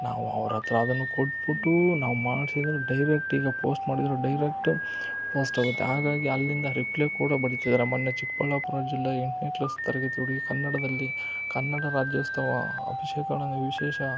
ನಾವು ಅವರತ್ರ ಅದನ್ನು ಕೊಟ್ಬಿಟ್ಟು ನಾವು ಮಾಡ್ಸಿದ್ರೆ ಡೈರೆಕ್ಟ್ ಈಗ ಪೋಸ್ಟ್ ಮಾಡಿದರು ಡೈರೆಕ್ಟ್ ಪೋಸ್ಟ್ ಹೋಗುತ್ತೆ ಹಾಗಾಗಿ ಅಲ್ಲಿಂದ ರಿಪ್ಲೈ ಕೂಡ ಬರೀತಿದ್ದಾರೆ ಮೊನ್ನೆ ಚಿಕ್ಕಬಳ್ಳಾಪುರ ಜಿಲ್ಲೆ ಎಂಟನೆ ಕ್ಲಾಸ್ ತರಗತಿ ಹುಡುಗಿ ಕನ್ನಡದಲ್ಲಿ ಕನ್ನಡ ರಾಜ್ಯೋತ್ಸವ ವಿಶೇಷ